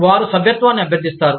వారు సభ్యత్వాన్ని అభ్యర్థిస్తారు